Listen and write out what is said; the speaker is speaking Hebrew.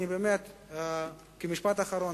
משפט אחרון,